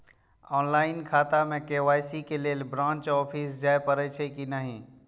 Online खाता में KYC के लेल ब्रांच ऑफिस जाय परेछै कि नहिं?